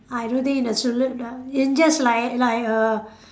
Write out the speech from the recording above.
I don't think in a in just like like a